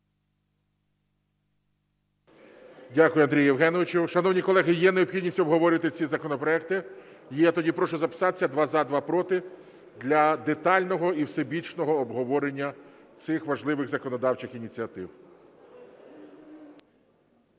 Дякую, Андрію Євгеновичу. Шановні колеги, є необхідність обговорювати ці законопроекти? Є. Тоді прошу записатися: два – за, два – проти, для детального і всебічного обговорення цих важливих законодавчих ініціатив.